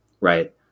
right